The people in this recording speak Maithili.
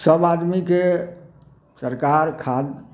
सब आदमीके सरकार खाद